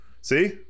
See